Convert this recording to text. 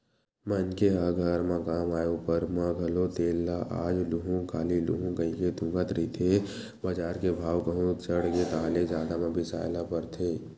मनखे ह घर म काम आय ऊपर म घलो तेल ल आज लुहूँ काली लुहूँ कहिके तुंगत रहिथे बजार के भाव कहूं चढ़गे ताहले जादा म बिसाय ल परथे